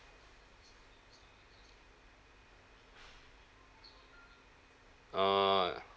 orh